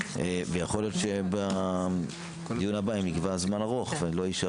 יכול להיות שבדיון הבא אם נקבע זמן ארוך ולא יישאר